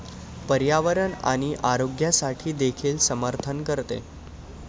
पर्यावरण आणि आरोग्यासाठी देखील समर्थन करते